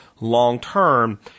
long-term